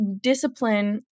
discipline